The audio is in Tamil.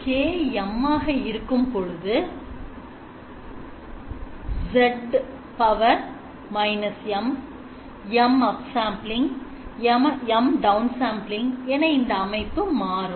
K M ஆக இருக்கும்பொழுது z −M M upsampling M downsampling என இந்த அமைப்பு மாறும்